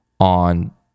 On